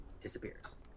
disappears